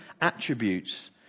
attributes